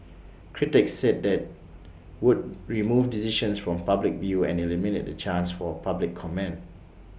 critics said that would remove decisions from public view and eliminate the chance for public comment